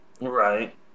Right